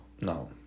No